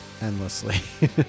endlessly